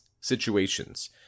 situations